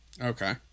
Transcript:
okay